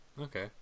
Okay